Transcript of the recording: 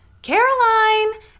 Caroline